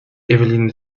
evelyn